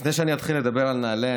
לפני שאני אתחיל לדבר על נעל"ה,